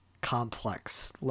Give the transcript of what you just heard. complex